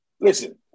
listen